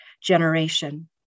generation